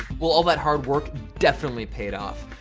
well, all that hard work definitely paid off,